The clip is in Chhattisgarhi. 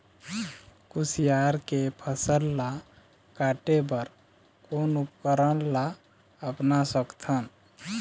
कुसियार के फसल ला काटे बर कोन उपकरण ला अपना सकथन?